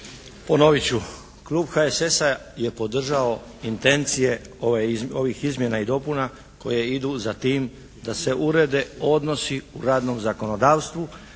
Ponovit ću, klub HSS-a je podržao intencije ovih izmjena i dopuna koje idu za tim da se urede odnosi u radnom zakonodavstvu,